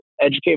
educate